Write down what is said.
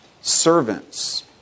Servants